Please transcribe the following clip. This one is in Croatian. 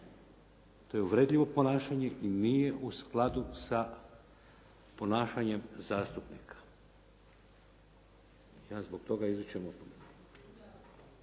To je uvredljivo ponašanje i nije u skladu sa ponašanjem zastupnika. Ja vam zbog toga izričem opomenu.